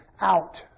out